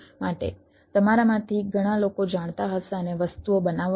માટે તમારામાંથી ઘણા લોકો જાણતા હશે અને વસ્તુઓ બનાવવા માટે